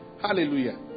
Hallelujah